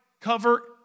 cover